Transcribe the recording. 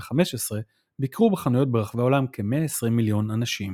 2015 ביקרו בחנויות ברחבי העולם כ-120 מיליון אנשים.